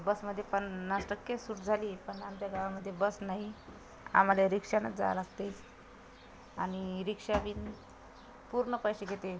बसमध्ये पन्नास टक्के सूट झाली आहे पण आमच्या गावामध्ये बस नाही आम्हाला रिक्षानेच जावे लागते आणि रिक्षा पण पूर्ण पैसे घेते